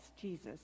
Jesus